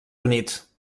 units